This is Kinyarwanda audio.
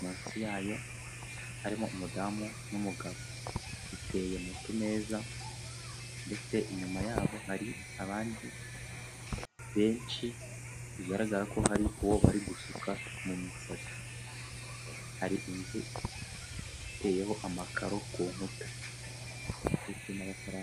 munsi yayo, harimo umudamu n'umugabo iteye mutumeza ndetse inyuma yabo hari abandi benshi, bigaragara ko hari uwo bari gusuka mu misatsi, hari inzu iteyeho amakaro ku nkuta ndetse n'abakarani.